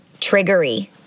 triggery